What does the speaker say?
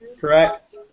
Correct